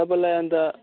तपाईँलाई अन्त